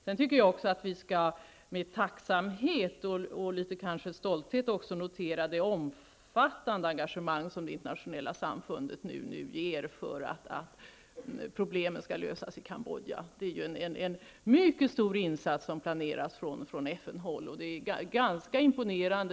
Sedan tycker jag också att vi med tacksamhet och kanske även litet stolthet kan notera det internationella samfundets omfattande engagemang för att lösa Cambodjas problem. På FN-håll planeras ju en mycket stor insats.